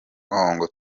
murongo